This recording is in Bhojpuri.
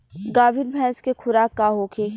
गाभिन भैंस के खुराक का होखे?